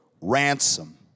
ransom